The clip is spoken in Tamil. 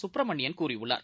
சுப்பிரமணியன் கூறியுள்ளார்